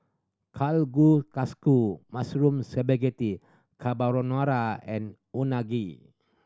Kalguksu Mushroom Spaghetti Carbonara and Unagi